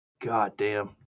Goddamn